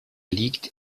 liegt